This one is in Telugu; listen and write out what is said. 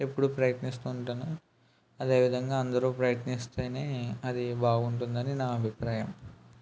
ఎప్పుడు ఫ్రయత్నిస్తూ ఉంటాను అదే విధంగా అందరు ప్రయత్నిస్తేనే అది బాగుంటుంది అని నా అభిప్రాయం